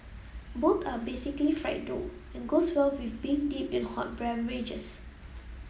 both are basically fried dough and goes well with being dipped in hot beverages